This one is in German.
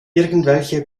irgendwelche